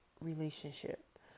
relationship